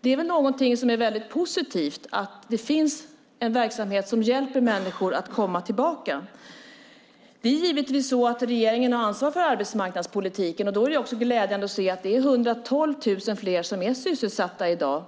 Det är väl någonting som är väldigt positivt, att det finns en verksamhet som hjälper människor att komma tillbaka? Regeringen har givetvis ansvar för arbetsmarknadspolitiken. Då är det också glädjande att se att det är 112 000 fler som är sysselsatta i dag.